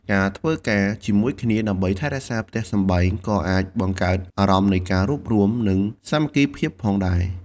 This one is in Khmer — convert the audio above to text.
ការធ្វើការជាមួយគ្នាដើម្បីថែរក្សាផ្ទះសម្បែង ក៏អាចបង្កើតអារម្មណ៍នៃការរួបរួម និងសាមគ្គីភាពផងដែរ។